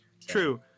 True